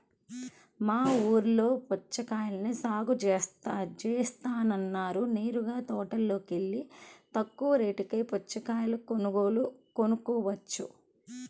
మా ఊల్లో పుచ్చకాయల్ని సాగు జేత్తన్నారు నేరుగా తోటలోకెల్లి తక్కువ రేటుకే పుచ్చకాయలు కొనుక్కోవచ్చు